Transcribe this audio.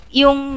yung